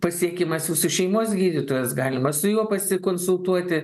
pasiekiamas jūsų šeimos gydytojas galima su juo pasikonsultuoti